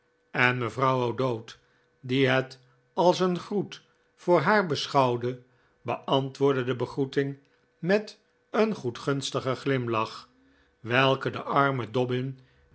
en mevrouw o'dowd die het als een groet voor haar beschouwde beantwoordde de begroeting met een goedgunstigen glimlach welke den armen